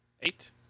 Eight